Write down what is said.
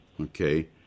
Okay